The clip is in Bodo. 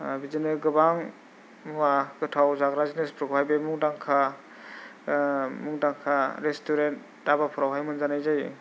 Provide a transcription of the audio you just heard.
बिदिनो गोबां मुवा गोथाव जाग्रा जिनिसफोरखौहाय बे मुंदांखा मुंदांखा रेस्टुरेन्ट दाबाफ्रावहाय मोनजानाय जायो